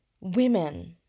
women